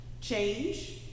change